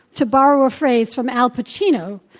to borrow a phrase from al pacino,